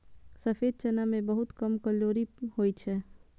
सफेद चना मे बहुत कम कैलोरी होइ छै